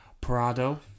Prado